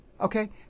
Okay